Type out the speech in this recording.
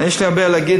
יש לי הרבה להגיד,